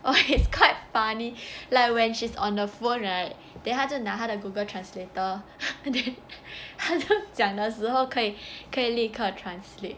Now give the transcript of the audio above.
well it's quite funny like when she's on the phone right then 他就拿他的 Google translator then 他讲的时候可以可以立刻 translate